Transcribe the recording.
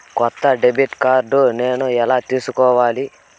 కొత్త debit card నేను ఎలా తీసుకోవాలి?